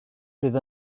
fydd